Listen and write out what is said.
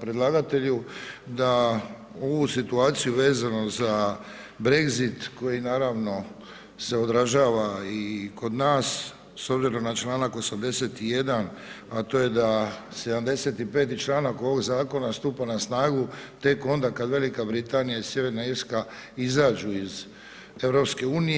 predlagatelju da ovu situaciju, vezano za Brexit koji, naravno se odražava i kod nas, s obzirom na čl. 81., a to je da 75. čl. ovoga zakona stupa na snagu tek onda kada Velika Britanija i Sjeverna Irska izađu iz EU.